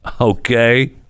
Okay